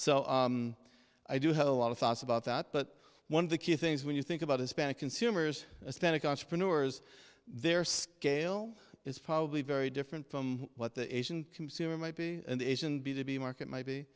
so i do have a lot of thoughts about that but one of the key things when you think about hispanic consumers authentic entrepreneurs their scale is probably very different from what the asian consumer might be an asian b to b market maybe